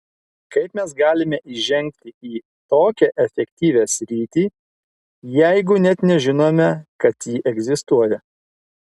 kaip mes galime įžengti į tokią efektyvią sritį jeigu net nežinome kad ji egzistuoja